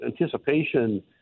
anticipation